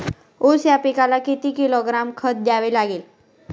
ऊस या पिकाला किती किलोग्रॅम खत द्यावे लागेल?